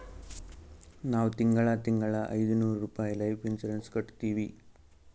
ನಾವ್ ತಿಂಗಳಾ ತಿಂಗಳಾ ಐಯ್ದನೂರ್ ರುಪಾಯಿ ಲೈಫ್ ಇನ್ಸೂರೆನ್ಸ್ ಕಟ್ಟತ್ತಿವಿ